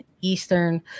Eastern